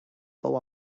fou